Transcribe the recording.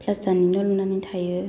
फ्लासथारनि न' लुनानै थायो